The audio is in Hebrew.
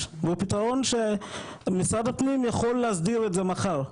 והוא פתרון שמשרד הפנים יכול להסדיר את זה מחר,